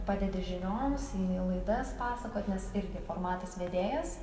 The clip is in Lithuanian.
padedi žinioms į laidas pasakot nes irgi formatas vedėjas